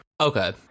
Okay